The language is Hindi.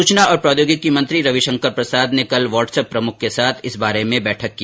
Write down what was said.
सूचना और प्रौद्योगिकी मंत्री रविशंकर प्रसाद ने कल वोटसएप प्रमुख के साथ इस बारे में बैठक की